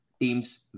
teams